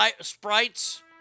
Sprite's